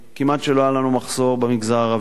כמעט לא היה לנו מחסור במגזר הערבי,